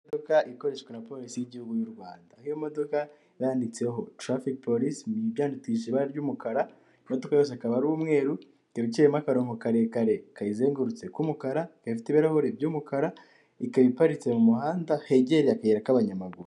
Imodoka ikoreshwa na polisi y'igihugu y'u Rwanda aho modoka yanditseho tarafike polici, byayandikshije ibara ry'umukara, imodoka yose akaba ari umweru, ikaba iciyemo akarongo karekare kayizengurutse k'umukara, ifite ibirahuri by'umukara, ikaba iparitse mu muhanda hegereye akayira k'abanyamaguru.